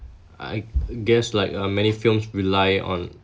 I guess like uh many films rely on